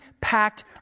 packed